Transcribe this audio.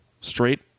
straight